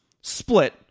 split